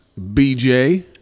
BJ